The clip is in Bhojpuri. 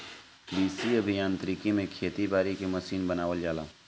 कृषि अभियांत्रिकी में खेती बारी के मशीन बनावल जाला